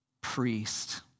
priest